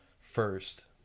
first